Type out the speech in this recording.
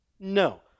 No